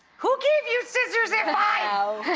who gave you scissors at five?